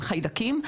הם חיידקים,